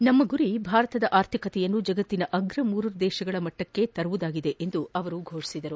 ನಮ್ಮ ಗುರಿ ಭಾರತದ ಆರ್ಥಿಕತೆಯನ್ನು ಜಗತ್ತಿನ ಅಗ್ರ ಮೂರು ರಾಷ್ಟಗಳ ಮಟ್ಟಕ್ಕೆ ತರುವುದಾಗಿದೆ ಎಂದು ಘೋಷಿಸಿದರು